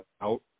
out